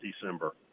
December